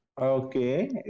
Okay